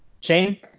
Shane